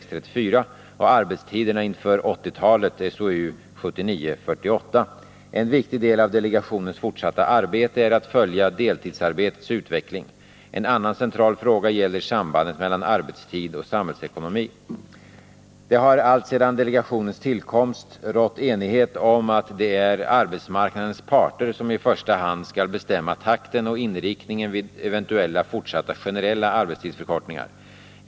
och Arbetstiderna inför 80-talet . En viktig del av delegationens fortsatta arbete är att följa deltidsarbetets utveckling. En annan central fråga gäller sambandet mellan arbetstid och samhällsekonomi. Det har alltsedan delegationens tillkomst rått enighet om att det är arbetsmarknadens parter som i första hand skall bestämma takten och inriktningen vid eventuella fortsatta generella arbetstidsförkortningar.